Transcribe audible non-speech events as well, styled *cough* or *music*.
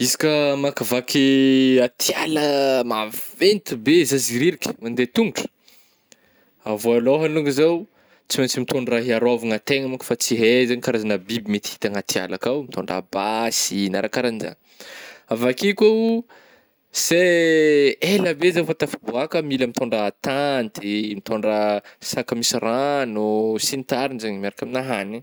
Izy ka amakivaky aty ala ah maventy be zah zy rerika mandeha tongotra, *noise* voalôhagny longagny zaho tsy maintsy mitondra iarôvagna tegna manko fa tsy hay zegny karazagna biby mety hita agnaty ala akao, mitôndra basy ih na raha karanjagny, avy akeo koa oh, see elabe zaho vô tafabôaka mila mitôndra tanty, mitôndra saka ah misy ragno sy ny tarigny zany miaraka aminà hagny.